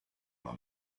alla